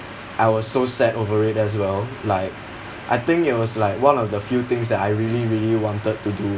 I was so sad over it as well like I think it was like one of the few things that I really really wanted to do